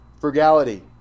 frugality